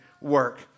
work